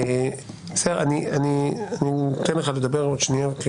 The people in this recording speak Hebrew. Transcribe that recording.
אני אשמח לשמוע אותך.